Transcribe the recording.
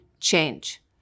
change